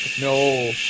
No